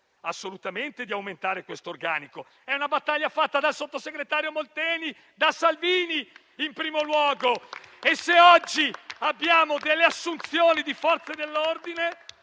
preoccupato di aumentare l'organico. È una battaglia fatta dal sottosegretario Molteni e da Salvini in primo luogo. Se oggi abbiamo delle assunzioni di Forze dell'ordine